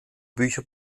bücher